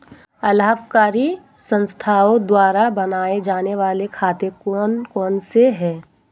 अलाभकारी संस्थाओं द्वारा बनाए जाने वाले खाते कौन कौनसे हैं?